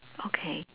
okay